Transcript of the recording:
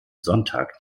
sonntag